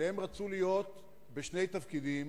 רצו להיות בשני תפקידים,